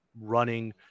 running